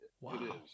Wow